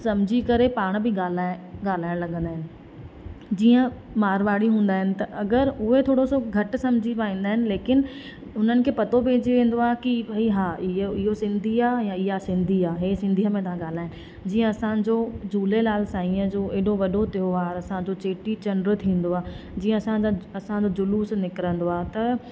सम्झी करे पाण बि ॻाल्हाए ॻाल्हाइणु लॻंदा आहिनि जीअं मारवाड़ी हूंदा आहिनि त अगरि उहे थोरो सो घटि सम्झी पाईंदा आहिनि लेकिन उन्हनि खे पतो पइजी वेंदो आहे की भई हा इहो इहो सिंधी आहे या इहा सिंधी आहे इहे सिंधीअ में ता ॻाल्हाइ्नि जीअं असांजो झूलेलाल साईंअ जो एडो वॾो त्योहारु असांजो चेटी चंड थींदो आहे जीअं असांजा असांजो जुलूस निकिरंदो आहे त